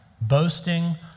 boasting